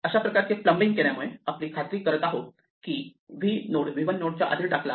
अशा प्रकारचे प्लंबिंग केल्यामुळे आपण खात्री करत आहोत ते की v नोड v 1 नोड च्या आधी टाकला आहे